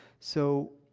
so,